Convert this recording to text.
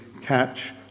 catch